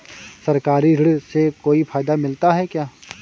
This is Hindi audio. सरकारी ऋण से कोई फायदा मिलता है क्या?